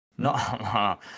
No